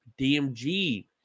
DMG